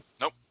nope